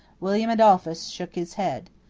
william adolphus shook his head.